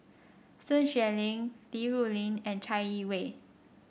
Sun Xueling Li Rulin and Chai Yee Wei